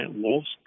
wolves